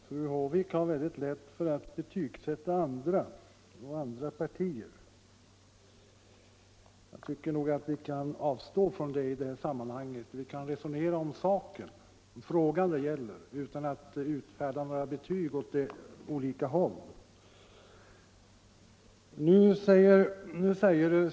Herr talman! Fru Håvik har lätt för att betygsätta andra människor och partier. Jag tycker att vi kan avstå från det. Vi kan resonera om den fråga det gäller utan att utfärda några betyg.